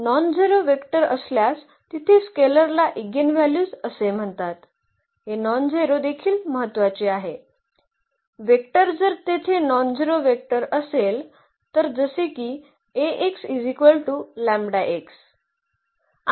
nonzero vector असल्यास तिथे स्केलरला एगेनव्हॅल्यू असे म्हणतात हे नॉनझेरो देखील महत्वाचे आहे वेक्टर जर तेथे नॉनझेरो वेक्टर असेल तर जसे की हे